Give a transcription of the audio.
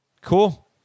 Cool